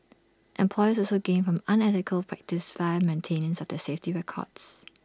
employers also gain from unethical practice via maintenance of their safety records